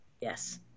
Yes